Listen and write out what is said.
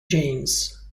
james